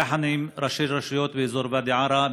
יחד עם ראשי רשויות באזור ואדי עארה,